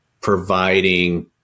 providing